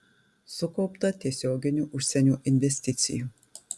sukaupta tiesioginių užsienio investicijų